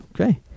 Okay